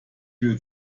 will